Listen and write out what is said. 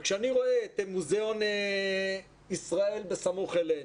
כשאני רואה את מוזיאון ישראל שבסמוך אלינו,